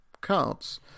cards